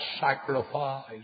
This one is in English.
sacrifice